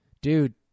dude